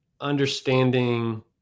understanding